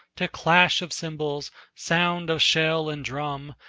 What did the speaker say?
to clash of cymbals, sound of shell and drum,